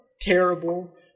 terrible